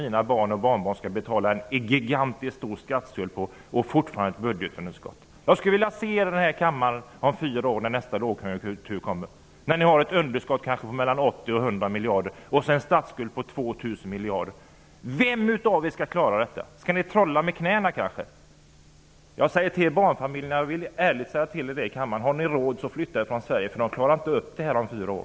Mina barn och barnbarn skall inte behöva betala en gigantiskt stor statsskuld och ett gigantiskt stort budgetunderskott. Jag skulle vilja se er här i kammaren om fyra år när nästa lågkonjunktur kommer. Då har ni kanske ett underskott på 80--100 miljarder och en statsskuld på 2 000 miljarder. Vem av er skall klara detta? Skall ni kanske trolla med knäna? Jag brukar ärligt säga till barnfamiljerna, och det vill jag också säga till er i kammaren: Har ni råd så flytta från Sverige, därför att detta kommer inte att kunna klaras upp om fyra år.